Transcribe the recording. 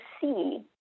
see